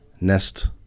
nest